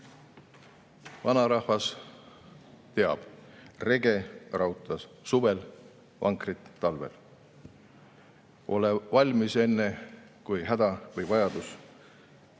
Vanarahvas teab: rege rauta suvel, vankrit talvel. Ole valmis, enne kui häda või vajadus